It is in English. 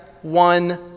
One